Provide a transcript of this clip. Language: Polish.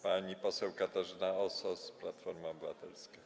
Pani poseł Katarzyna Osos, Platforma Obywatelska.